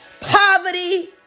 poverty